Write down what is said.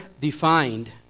defined